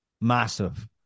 massive